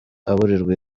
aburirwa